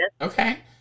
Okay